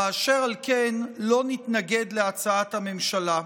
ואשר על כן לא מתנגד להצעת הממשלה.